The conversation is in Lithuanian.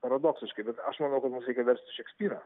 paradoksiškai bet aš manau kad reikia versti šekspyrą